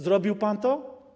Zrobił pan to?